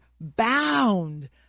bound